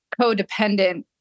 codependent